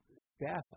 staff